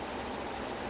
exactly